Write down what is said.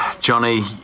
Johnny